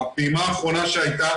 הפעימה האחרונה שהייתה,